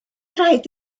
raid